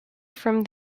from